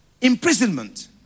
imprisonment